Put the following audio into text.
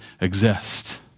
exist